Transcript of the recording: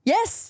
Yes